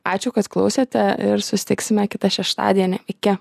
ačiū kad klausėte ir susitiksime kitą šeštadienį iki